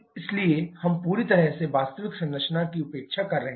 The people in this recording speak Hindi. इसलिए हम पूरी तरह से वास्तविक संरचना की उपेक्षा कर रहे हैं